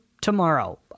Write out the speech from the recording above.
tomorrow